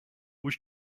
was